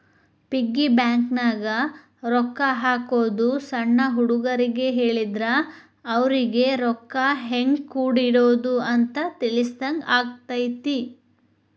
piggy ಬ್ಯಾಂಕನ್ಯಾಗ ರೊಕ್ಕಾ ಹಾಕೋದು ಸಣ್ಣ ಹುಡುಗರಿಗ್ ಹೇಳಿದ್ರ ಅವರಿಗಿ ರೊಕ್ಕಾ ಹೆಂಗ ಕೂಡಿಡೋದ್ ಅಂತ ತಿಳಿಸಿದಂಗ ಆಗತೈತಿ